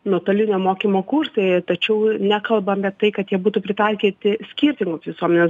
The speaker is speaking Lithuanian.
nuotolinio mokymo kursai tačiau nekalbam tai kad jie būtų pritaikyti skirtingoms visuomenės